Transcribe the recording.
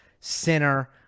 Sinner